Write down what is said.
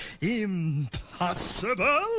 impossible